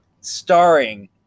starring